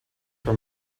for